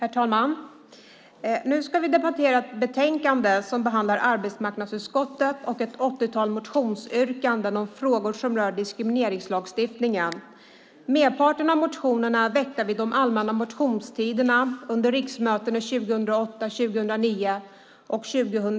Herr talman! Nu ska vi debattera ett betänkande där arbetsmarknadsutskottet behandlar ett 80-tal motionsyrkanden om frågor som rör diskrimineringslagstiftningen. Merparten av motionerna är väckta vid de allmänna motionstiderna under riksmötena 2008 10.